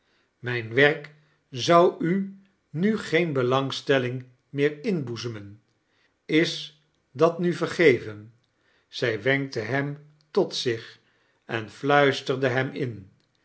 mijmt werk zou u nu geen belangetelling meer inboezemen is dat nu vergeven zq weinkte hem tot zich en fluisterde hem in